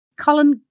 Colin